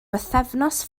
bythefnos